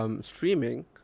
streaming